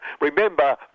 Remember